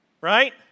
right